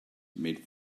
made